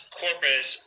corpus